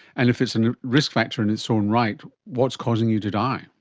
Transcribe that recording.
and if it's a risk factor in its own right, what's causing you to die?